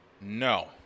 No